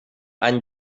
any